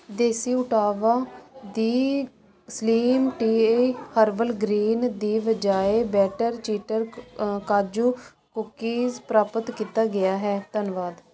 ਦੇਸੀ ਊਟਾਵਾ ਦੀ slim tea herbal green ਦੀ ਬਜਾਏ ਬੈਟਰ ਚੈਟਰ ਕਾਜੂ ਕੂਕੀਜ਼ ਪ੍ਰਾਪਤ ਕੀਤਾ ਗਿਆ ਹੈ ਧੰਨਵਾਦ